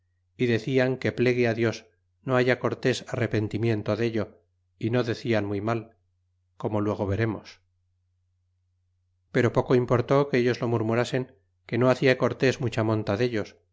y decian que plegue dios no haya cortés arrepentimiento dello y no declan muy mal como luego veremos pero poco importó que ellos lo murmurasen que no hacia cortés mucba monta dellos